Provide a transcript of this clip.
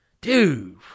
Dude